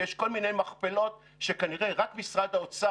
ויש כל מיני מכפלות שכנראה רק משרד האוצר